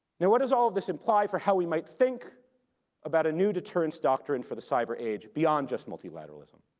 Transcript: now what does all of this imply for how we might think about a new deterrence doctrine for the cyber age beyond just multilateralism?